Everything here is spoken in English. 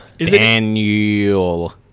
Daniel